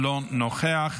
אינו נוכח.